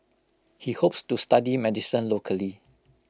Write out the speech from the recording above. he hopes to study medicine locally